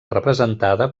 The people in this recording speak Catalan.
representada